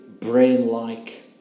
brain-like